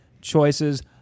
choices